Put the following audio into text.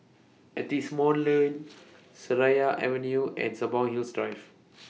Lane Seraya Avenue and Hills Drive